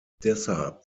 deshalb